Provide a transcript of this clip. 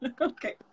Okay